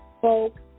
Folk